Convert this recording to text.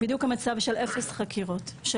הוא בדיוק המצב של אפס חקירות של